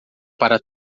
para